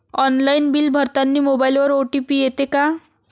Online bill भरतानी मोबाईलवर OTP येते का?